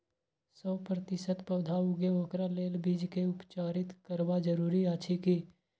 सौ प्रतिसत पौधा उगे ओकरा लेल बीज के उपचारित करबा जरूरी अछि की?